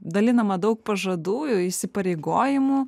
dalinama daug pažadų įsipareigojimų